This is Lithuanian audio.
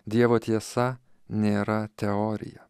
dievo tiesa nėra teorija